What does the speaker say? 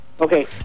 Okay